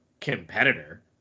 competitor